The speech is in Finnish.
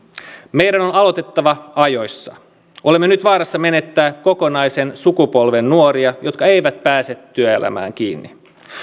meidän on aloitettava ajoissa olemme nyt vaarassa menettää kokonaisen sukupolven nuoria jotka eivät pääse työelämään kiinni